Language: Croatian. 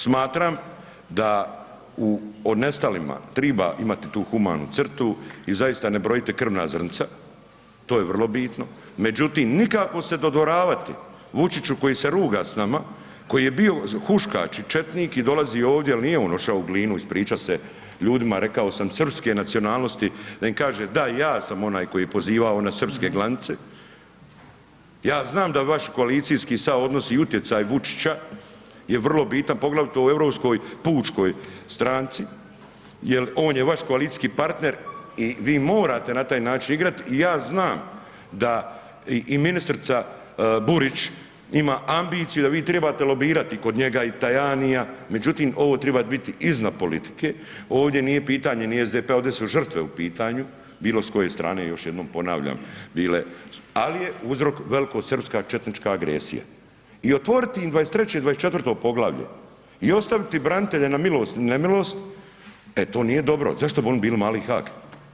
Smatram da o nestalima treba imati tu humanu crtu i zaista ne brojite krvna zrnca, to je vrlo bitno, međutim nikako se dodvoravati Vučiću koji se ruga s nama, koji je bio huškač i četnik i dolazi ovdje jer nije on otišao u Glinu ispričat se ljudima rekao sam srpske nacionalnosti, da im kaže da, ja sam onaj koji je pozivao na srpske ... ja znam da vaš koalicijski ... i utjecaj Vučića je vrlo bitan poglavito u Europskoj pučkoj stranci jer on je vaš koalicijski partner i vi morate na taj način igrati i ja znam da i ministrica Burić ima ambiciju, da vi trebate lobirati kod njega i Tajanija međutim ovo treba biti iznad politike, ovdje nije pitanje ni SDP-a, ovdje su žrtve u pitanju bilo s koje strane, još jednom ponavljam bile, ali je uzrok velikosrpska četnička agresija i otvoriti im 23. i 24. poglavlje i ostaviti branitelje na milost i nemilost, e to nije dobro, zašto bi oni bili mali Haag?